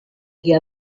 che